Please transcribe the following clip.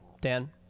dan